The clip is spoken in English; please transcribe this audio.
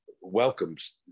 welcomes